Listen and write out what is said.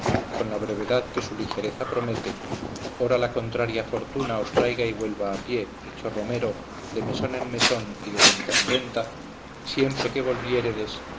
con la brevedad que su ligereza promete ora la contraria fortuna os traiga y vuelva a pie hecho romero de mesón en mesón y de venta en venta siempre que